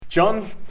John